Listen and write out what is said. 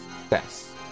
Success